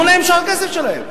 תנו להם את שאר הכסף שלהם.